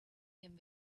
him